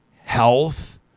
health